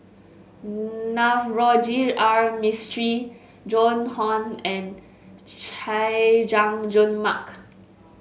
Navroji R Mistri Joan Hon and Chay Jung Jun Mark